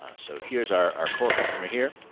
ah so here's our core customer here.